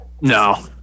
No